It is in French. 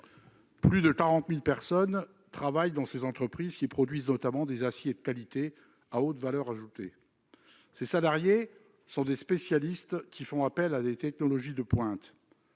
Plus de 40 000 personnes travaillent dans ces entreprises, qui produisent notamment des aciers de qualité à haute valeur ajoutée. Ces salariés sont des spécialistes qui font appel à des technologies de pointe.